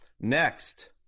next